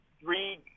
three